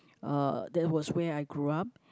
uh there was where I grew up